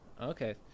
okay